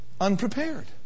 unprepared